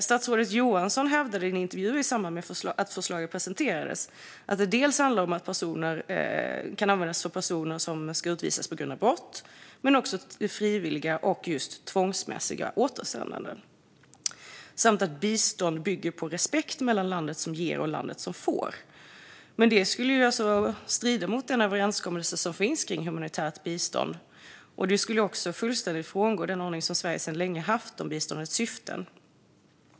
Statsrådet Johansson hävdade i en intervju i samband med att förslaget presenterades att det kan användas både för personer som ska utvisas på grund av brott och för frivilliga eller tvångsmässiga återsändanden samt att bistånd bygger på respekt mellan landet som ger och landet som får. Detta skulle alltså strida mot den överenskommelse som finns om humanitärt bistånd. Det skulle också fullständigt frångå den ordning som Sverige sedan länge haft om biståndets syften.